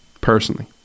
personally